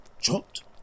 chopped